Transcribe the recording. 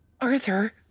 Arthur